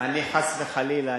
חס וחלילה,